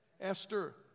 Esther